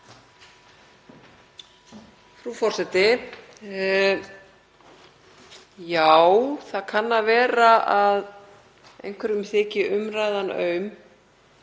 Frú forseti. Já, það kann að vera að einhverjum þyki umræðan aum,